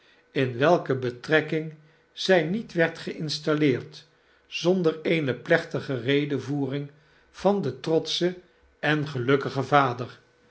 in welke betrekking zij niet werd geinstalleerd zonder eene plechtige redevoering van den trotschen en gelukkigen vader